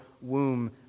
womb